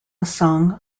song